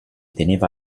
teneva